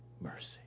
mercy